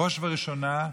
בראש וראשונה,